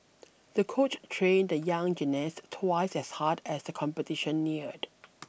the coach trained the young gymnast twice as hard as the competition neared